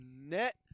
net